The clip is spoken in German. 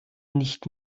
nicht